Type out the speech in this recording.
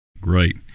Great